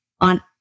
on